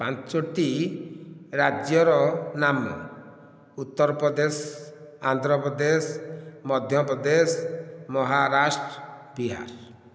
ପାଞ୍ଚଟି ରାଜ୍ୟର ନାମ ଉତ୍ତରପ୍ରଦେଶ ଆନ୍ଧ୍ରପ୍ରଦେଶ ମଧ୍ୟପ୍ରଦେଶ ମହାରାଷ୍ଟ୍ର ବିହାର